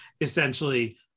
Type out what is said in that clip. essentially